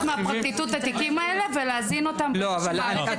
מהפרקליטות את התיקים האלה ולהזין אותם למערכת.